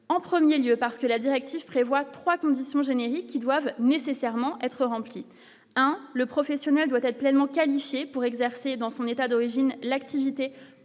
en 1er lieu parce que la directive prévoit 3 conditions générales qui doivent nécessairement être remplies, hein, le professionnel doit être pleinement qualifié pour exercer dans son état d'origine, l'activité